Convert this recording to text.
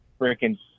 freaking